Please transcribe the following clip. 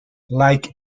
like